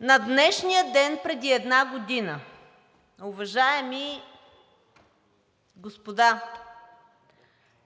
На днешния ден преди една година, уважаеми господа,